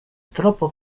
troppo